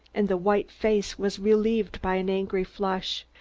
and the white face was relieved by an angry flush.